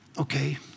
Okay